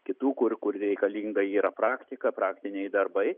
kitų kur kur reikalinga yra praktika praktiniai darbai